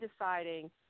deciding